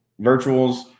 virtuals